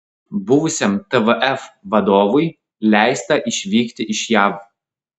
buvusiam tvf vadovui leista išvykti iš jav